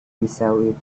pisau